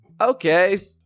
Okay